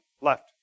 left